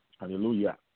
Hallelujah